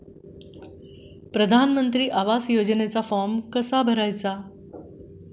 प्रधानमंत्री आवास योजनेचा फॉर्म कसा भरायचा?